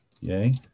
Yay